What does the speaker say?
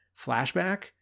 Flashback